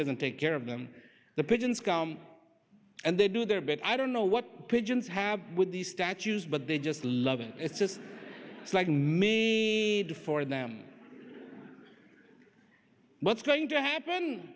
doesn't take care of them the pigeons come and they do their bit i don't know what pigeons have with these statues but they just love and it's just like in me for them what's going to happen